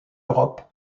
europe